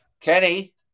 Kenny